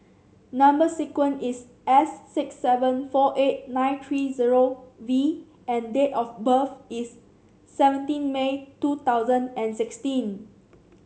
number sequence is S six seven four eight nine three zero V and date of birth is seventeen May two thousand and sixteen